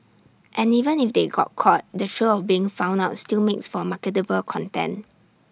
and even if they got caught the thrill of being found out still makes for marketable content